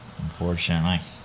Unfortunately